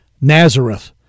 Nazareth